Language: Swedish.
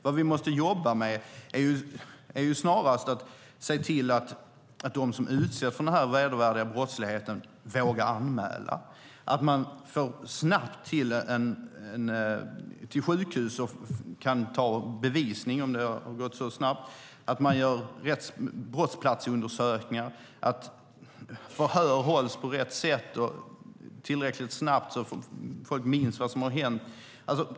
Vi måste i stället jobba med att se till att de som utsätts för dessa vedervärdiga brott vågar anmäla och snabbt kommer till sjukhus för att lämna bevis. Vi måste se till att det görs brottsplatsundersökningar och att förhör görs på rätt sätt och tillräckligt snabbt så att folk minns vad som hände.